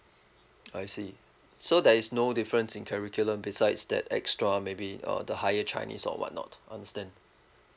I see so there is no difference in curriculum besides that extra maybe uh the higher chinese or whatnot understand